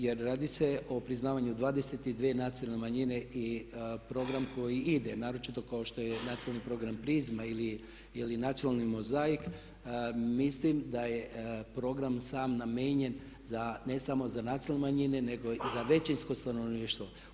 Jer radi se o priznavanju 22 nacionalne manjine i program koji ide, naročito kao što je nacionalni program „Prizma“ ili „Nacionalni mozaik„ mislim da je program sam namijenjen za, ne samo za nacionalne manjine nego i za većinsko stanovništvo.